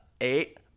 Eight